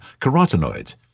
carotenoids